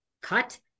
cut